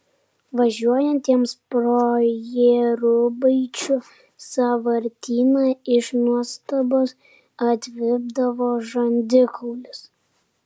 važiuojantiems pro jėrubaičių sąvartyną iš nuostabos atvipdavo žandikaulis